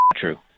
true